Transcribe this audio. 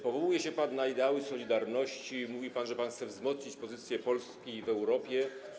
Powołuje się pan na ideały „Solidarności”, mówi pan, że chce pan wzmocnić pozycję Polski w Europie.